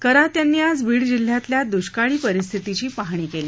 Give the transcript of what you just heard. करात यांनी आज बीड जिल्ह्यातल्या दुष्काळी परिस्थितीची पाहणी केली